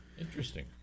interesting